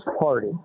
party